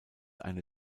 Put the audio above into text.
eine